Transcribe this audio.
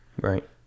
Right